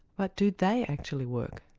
but do they actually work?